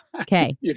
Okay